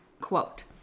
quote